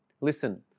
Listen